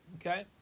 Okay